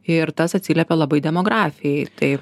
ir tas atsiliepia labai demografijai tai